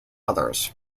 others